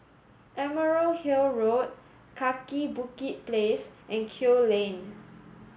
Emerald Hill Road Kaki Bukit Place and Kew Lane